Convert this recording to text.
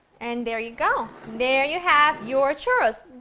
and there you go. there you have your churros!